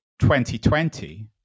2020